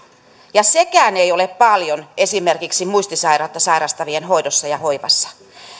ja sekään ei ole paljon esimerkiksi muistisairautta sairastavien hoidossa ja hoivassa